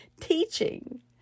Teaching